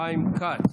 חיים כץ,